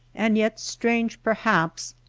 and yet strange, perhaps,